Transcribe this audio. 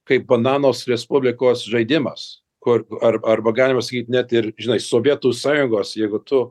kaip bananos respublikos žaidimas kur ar arba galima sakyt net ir žinai sovietų sąjungos jeigu tu